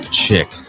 chick